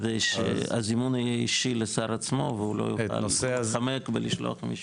כדי שהזימון יהיה אישי לשר עצמו והוא לא יוכל להתחמק ולשלוח מישהו.